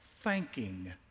thanking